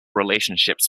relationships